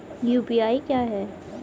UPI क्या है?